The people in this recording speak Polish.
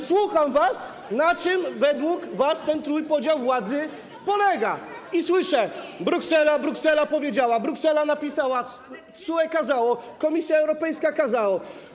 Słucham was, na czym według was ten trójpodział władzy polega, i słyszę: Bruksela, Bruksela powiedziała, Bruksela napisała, TSUE kazało, Komisja Europejska kazała.